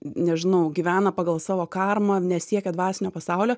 nežinau gyvena pagal savo karmą nesiekia dvasinio pasaulio